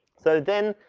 so then,